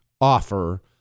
offer